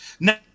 Now